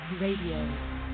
Radio